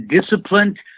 disciplined